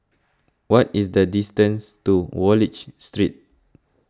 what is the distance to Wallich Street